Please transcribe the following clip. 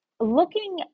Looking